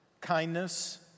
kindness